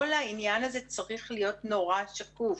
כל העניין הזה צריך להיות שקוף,